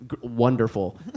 Wonderful